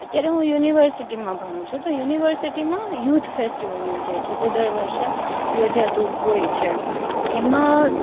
અત્યારે હું યુનિવર્સિટીમાં ભણું છું તો યુનિવર્સિટીમાં યૂથ ફેસ્ટિવલ યોજાય છે જે દર વર્ષે યોજાતું હોય છે એમાં